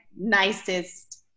nicest